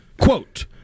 Quote